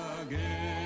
again